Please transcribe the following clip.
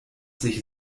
sich